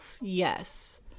yes